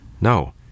No